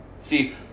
See